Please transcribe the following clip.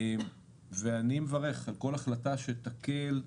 אני מברך על כל החלטה שתקל,